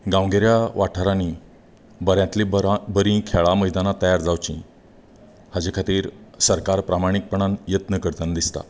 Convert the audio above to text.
गांवगिऱ्या वाठारांनी बऱ्यांतली बरीं खेळां मैदानां तयार जावची हाजे खातीर सरकार प्रामाणीकपणान यत्न करतना दिसता